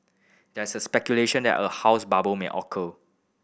there is the speculation that a house bubble may occur